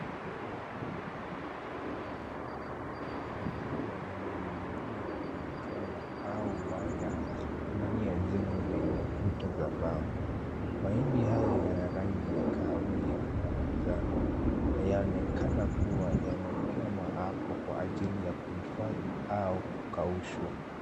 Mahindi mengi yaliyokauka yakiwa yamening'inia kwenye kamba au waya kwenye jengo lenye kuta za mbao. Mahindi hayo, yana rangi ya kahawia na manjano. Yanaonekana yamekwama hapo kwa ajili ya kuhifadhi au kukaushwa.